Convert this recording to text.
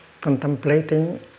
Contemplating